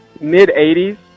mid-80s